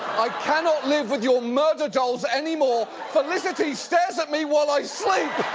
i cannot live with your murder dolls anymore. felicity stares at me while i sleep!